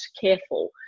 careful